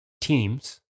teams